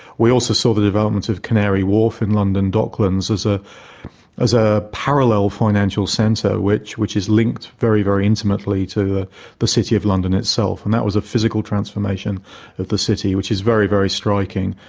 we also saw the development of canary wharf in london docklands as ah as a parallel financial centre which which is linked very, very intimately to the city of london itself, and that was a physical transformation of the city, which is very, very striking.